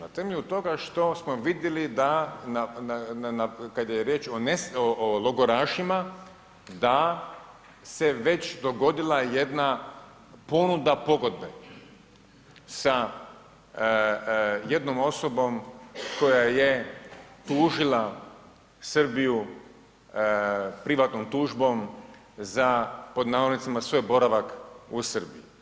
Na temelju toga što smo vidjeli da kad je riječ o logorašima da se već dogodila jedna ponuda pogodbe sa jednom osobom koja je tužila Srbiju privatnom tužbom za pod navodnicima, svoj boravak u Srbiji.